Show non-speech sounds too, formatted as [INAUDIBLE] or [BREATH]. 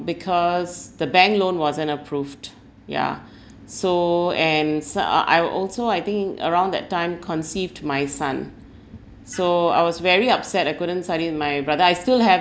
because the bank loan wasn't approved yeah [BREATH] so and s~ uh I also I think around that time conceived my son so I was very upset I couldn't study with my brother I still have